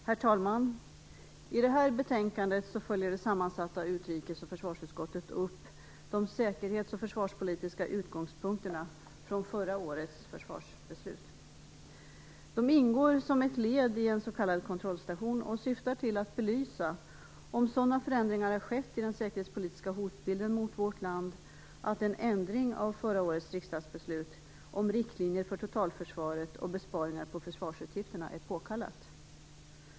Herr talman! I detta betänkande följer det sammansatta utrikes och försvarsutskottet upp de säkerhets och försvarspolitiska utgångspunkterna från förra årets försvarsbeslut. De ingår som ett led i en s.k. kontrollstation och syftar till att belysa om sådana förändringar har skett i den säkerhetspolitiska hotbilden mot vårt land att en ändring av förra årets riksdagsbeslut om riktlinjer för totalförsvaret och besparingar på försvarsutgifterna är påkallade.